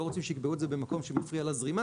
לא רוצים שיקבעו את זה במקום שיפריע לזרימה